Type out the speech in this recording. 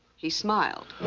he smiled.